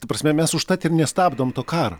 ta prasme mes užtat ir nestabdom to karo